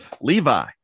Levi